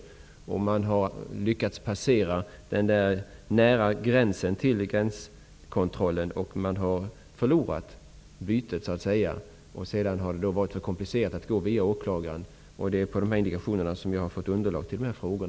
Misstänkta personer har lyckats passera närområdet vid gränskontrollen, och Tullen har så att säga förlorat bytet. Det har sedan varit för komplicerat att gå vidare via åklagaren. Det är dessa indikationer som är underlag till mina frågor.